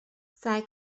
سعی